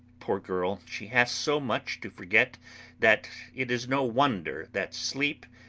poor girl, she has so much to forget that it is no wonder that sleep,